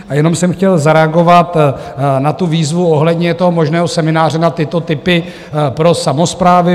A jenom jsem chtěl zareagovat na výzvu ohledně možného semináře na tyto typy pro samosprávy.